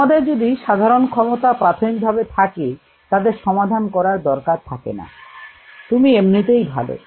তোমাদের যদি সাধারণ ক্ষমতা প্রাথমিকভাবে থাকে তাদের সমাধান করার দরকার থাকে না তুমি এমনিতেই ভালো